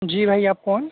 جی بھائی آپ کون